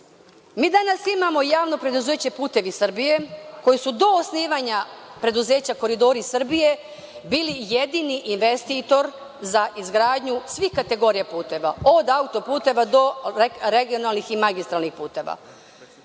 danas imamo Javno preduzeće „Putevi Srbije“ koji su do osnivanja preduzeća „Koridori Srbije“ bili jedini investitor za izgradnju svih kategorija puteva, od auto-puteva do regionalnih i magistralnih